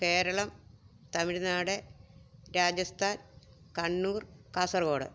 Keralam Tamil Nadu Rajasthan Kannur Kasaragod